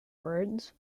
words